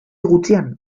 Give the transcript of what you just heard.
gutxian